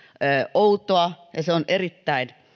outoa ja se on erittäin